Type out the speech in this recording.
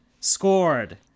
Scored